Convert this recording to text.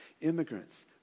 immigrants